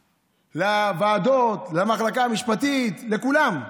לוועדות, למחלקה המשפטית, לכולם.